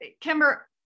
Kimber